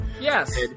Yes